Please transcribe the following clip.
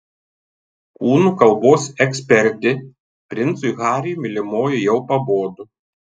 kūno kalbos ekspertė princui hariui mylimoji jau pabodo